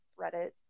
Reddit